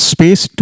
Space